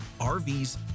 RVs